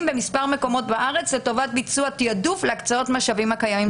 במספר מקומות בארץ לטובת ביצוע תעדוף להקצאות המשאבים הקיימים.